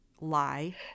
lie